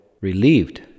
relieved